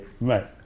Right